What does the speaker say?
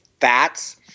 fats